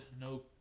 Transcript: No